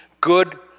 good